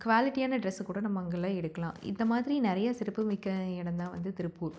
க்வாலிட்டியான dress கூட நம்ம அங்கெல்லாம் எடுக்கலாம் இந்த மாதிரி நிறைய சிறப்பு மிக்க இடம் தான் வந்து திருப்பூர்